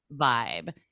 vibe